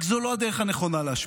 רק שזו לא הדרך הנכונה להשפיע.